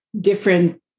different